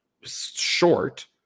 short